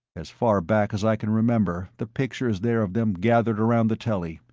as far back as i can remember the picture is there of them gathered around the telly,